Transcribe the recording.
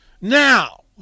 Now